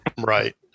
Right